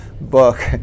book